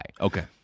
Okay